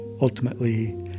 ultimately